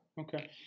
Okay